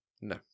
No